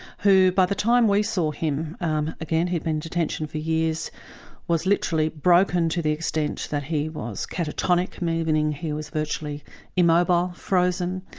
who by the time we saw him um again he'd been in detention for years was literally broken to the extent that he was catatonic, meaning he was virtually immobile, frozen,